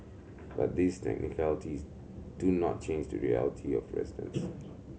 but these technicalities do not change the reality for residents